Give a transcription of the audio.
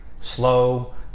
slow